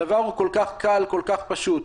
הדבר כל כך קל וכל כך פשוט.